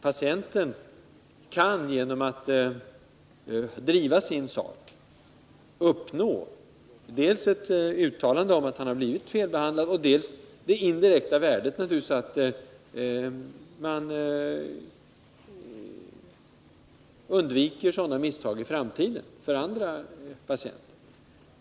Patienten kan, genom att driva sin sak, uppnå dels att han får ett 18 december 1979 uttalande om att han har blivit felbehandlad, dels det indirekta värdet att man undviker sådana misstag i framtiden för andra patienter.